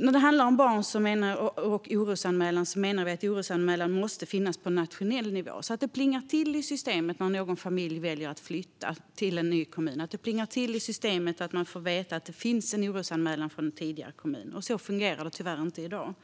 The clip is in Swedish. När det handlar om barn menar vi att orosanmälan måste finnas på nationell nivå, så att det plingar till i systemet när en familj väljer att flytta till en ny kommun. Det ska plinga till i systemet så att man får veta att det finns en orosanmälan från den tidigare kommunen. Så fungerar det tyvärr inte i dag.